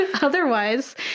otherwise